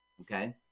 okay